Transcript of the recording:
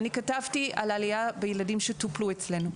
אני כתבתי על עלייה בילדים שטופלו אצלנו.